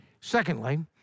Secondly